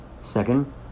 Second